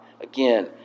again